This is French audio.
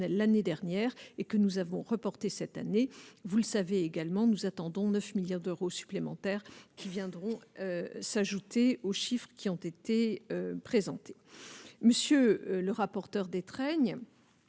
l'année dernière et que nous avons reporté cette année, vous le savez, également, nous attendons 9 milliards d'euros supplémentaires qui viendront s'ajouter aux chiffres qui ont été présentés, monsieur le rapporteur Détraigne